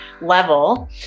level